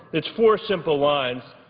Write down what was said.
it's four simple lines.